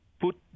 put